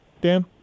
Dan